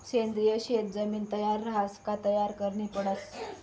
सेंद्रिय शेत जमीन तयार रहास का तयार करनी पडस